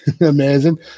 Amazing